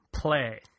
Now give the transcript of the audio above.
Play